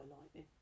lightning